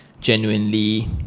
Genuinely